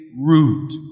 root